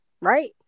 Right